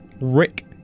Rick